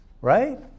right